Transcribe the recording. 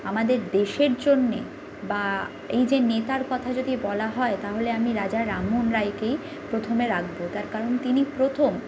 আমাদের দেশের জন্যে বা এই যে নেতার কথা যদি বলা হয় তাহলে আমি রাজা রামমোহন রায়কেই প্রথমে রাখবো তার কারণ তিনি প্রথম